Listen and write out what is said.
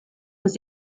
aux